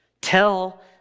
Tell